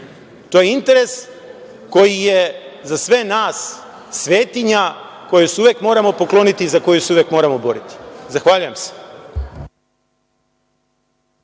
to je interes koji je za sve nas svetinja kojoj se uvek moramo pokloniti i za koju se uvek moramo boriti. Zahvaljujem se.